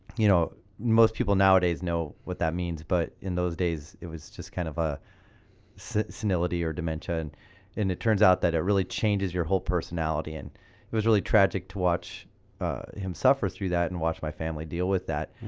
you know most people nowadays know what that means but in those days it was just kind of a senility or dementia and it turns out that it really changes your whole personality and it was really tragic to watch him suffer through that and watch my family deal with that.